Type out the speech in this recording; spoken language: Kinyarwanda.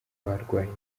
barwaye